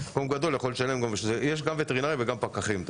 ומקום גדול יכול לשלם --- יש גם וטרינרים וגם פקחים,